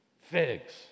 Figs